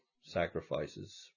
sacrifices